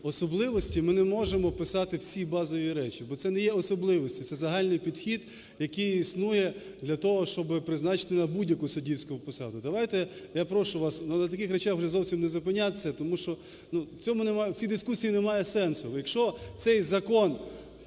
особливості ми не можемо писати всі базові речі, бо це не є особливості, це загальний підхід, який існує для того, щоб призначити на будь-яку суддівську посаду. Давайте, я прошу вас, на таких речах вже зовсім не зупинятися, тому що в цій дискусії немає сенсу. Якщо цей закон